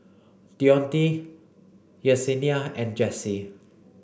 Dionte Yesenia and Jesse